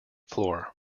floor